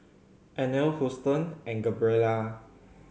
Annabel Houston and Gabriella